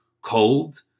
cold